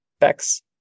Bex